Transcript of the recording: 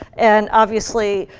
and, obviously,